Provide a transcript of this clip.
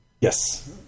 yes